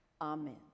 Amen